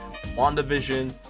WandaVision